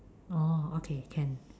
orh okay can